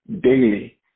daily